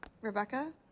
Rebecca